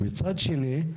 מצד שני,